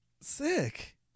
Sick